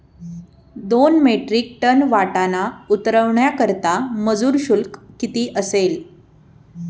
दोन metric ton वाटाणा उतरवण्याकरता मजूर शुल्क किती असेल?